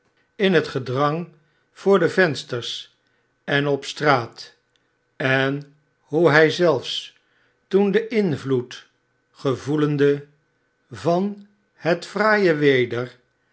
in het gedrang voor de vensters en op straat en hoe hij zelfs toen den invloed gevoeldevan het fraaie weder